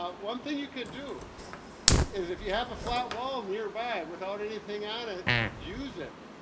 ah one thing you can do is if you have a flat wall nearby without anything on it, use it.